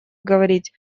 говорить